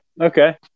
Okay